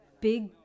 big